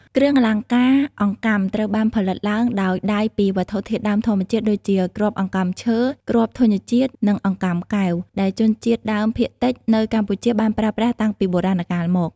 គ្រឿងអលង្ការអង្កាំត្រូវបានផលិតឡើងដោយដៃពីវត្ថុធាតុដើមធម្មជាតិដូចជា គ្រាប់អង្កាំឈើ គ្រាប់ធញ្ញជាតិ និងអង្កាំកែវ ដែលជនជាតិដើមភាគតិចនៅកម្ពុជាបានប្រើប្រាស់តាំងពីបុរាណកាលមក។